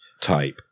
type